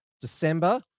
December